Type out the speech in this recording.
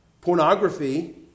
pornography